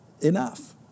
enough